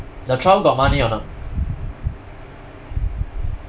the trial got money or not